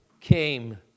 came